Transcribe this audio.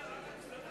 אתה מצביע רק על,